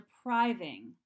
depriving